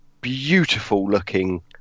beautiful-looking